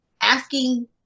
asking